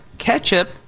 Ketchup